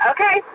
Okay